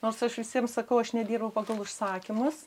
nors aš visiem sakau aš nedirbu pagal užsakymus